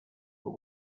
but